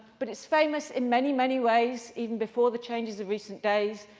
but it's famous in many, many ways, even before the changes of recent days,